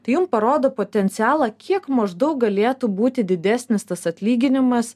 tai jum parodo potencialą kiek maždaug galėtų būti didesnis tas atlyginimas